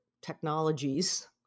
technologies